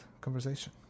conversation